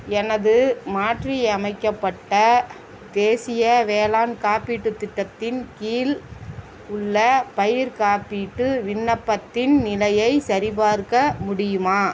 எனது மாற்றியமைக்கப்பட்ட தேசிய வேளாண் காப்பீட்டுத் திட்டத்தின் கீழ் உள்ள பயிர்க் காப்பீட்டு விண்ணப்பத்தின் நிலையைச் சரிபார்க்க முடியுமா